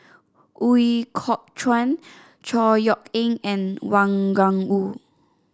Ooi Kok Chuen Chor Yeok Eng and Wang Gungwu